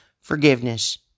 forgiveness